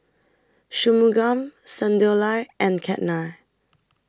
Shunmugam Sunderlal and Ketna